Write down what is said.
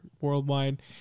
worldwide